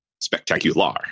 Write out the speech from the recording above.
spectacular